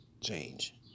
change